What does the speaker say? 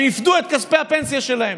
הם יפדו את כספי הפנסיה שלהם.